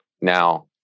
now